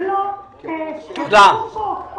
ולא איך אמרו פה?